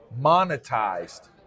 monetized